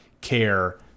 care